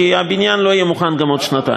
כי הבניין לא יהיה מוכן גם בעוד שנתיים.